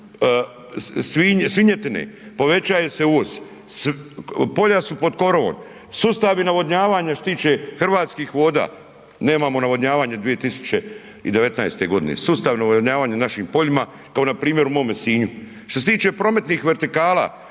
svinjetine, povećava se uvoz, polja su po korovom, sustavi navodnjavanja što se tiče hrvatskih voda nemamo navodnjavanje 2019. godine, sustav navodnjavanja na našim poljima kao npr. u mome Sinju. Što se tiče prometnih vertikala